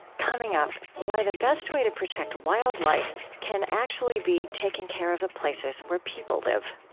coming up, why the best way to protect wildlife can actually be taking care of the places where people live.